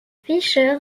fisher